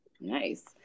Nice